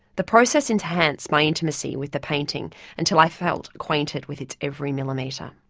the process enhanced my intimacy with the painting until i felt acquainted with its every millimetre.